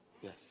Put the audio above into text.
Yes